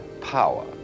power